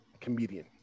comedian